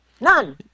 None